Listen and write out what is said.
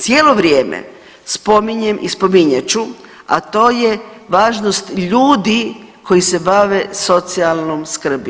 Cijelo vrijeme spominjem i spominjat ću, a to je važnost ljudi koji se bave socijalnom skrbi.